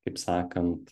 kaip sakant